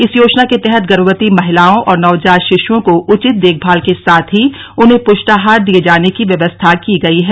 इस योजना के तहत गर्भवती महिलाओं और नवजात शिश्रओं को उचित देखभाल के साथ ही उन्हें पृष्टाहार दिये जाने की व्यवस्था की गई है